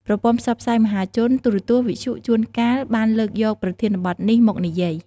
ប្រព័ន្ធផ្សព្វផ្សាយមហាជន ទូរទស្សន៍ វិទ្យុ ជួនកាលបានលើកយកប្រធានបទនេះមកនិយាយ។